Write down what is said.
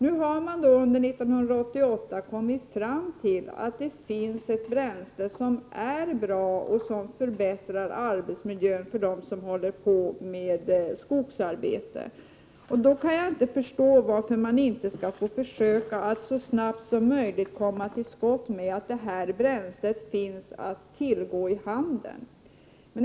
Under 1988 har man kommit fram till att det finns ett bränsle som är bra och som förbättrar arbetsmiljön för dem som håller på med skogsarbete. Då kan jag inte förstå att man inte så snart som möjligt ser till att bränslet finns i handeln.